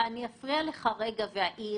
ידוע כי חלק ניכר מהלקוחות העסקיים